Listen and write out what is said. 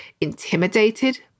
intimidated